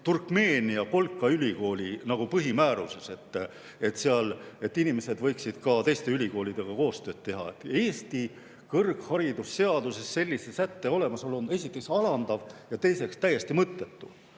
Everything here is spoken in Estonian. Turkmeenia kolkaülikooli põhimääruses, et inimesed võiksid ka teiste ülikoolidega koostööd teha. Eesti kõrgharidusseaduses sellise sätte olemasolu on esiteks alandav ja teiseks täiesti mõttetu.